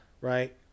Right